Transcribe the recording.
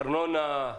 ארנונה,